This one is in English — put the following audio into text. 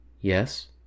Yes